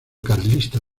carlista